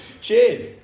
Cheers